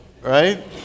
right